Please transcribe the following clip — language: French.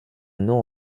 nom